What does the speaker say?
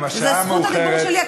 זאת זכות הדיבור שלי.